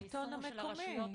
אנחנו